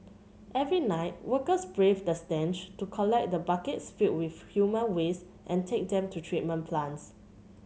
every night workers braved the stench to collect the buckets filled with human waste and take them to treatment plants